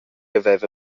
haveva